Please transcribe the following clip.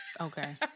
okay